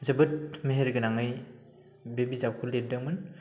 जोबोद मेहेरगोनाङै बे बिजाबखौ लिरदोंमोन